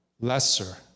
lesser